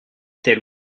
tel